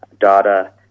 data